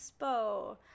expo